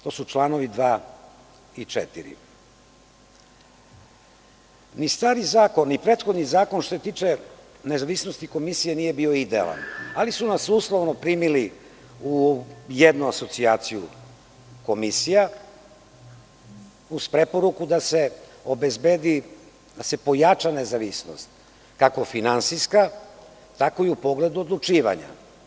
To su čl. 2. i 4. Ni stari zakon, ni prethodni zakon, što se tiče nezavisnosti komisije, nije bio idealan, ali su nas uslovno primili u jednu asocijaciju komisija, uz preporuku da se obezbedi, pojača nezavisnost, kako finansijska, tako i u pogledu odlučivanja.